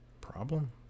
Problem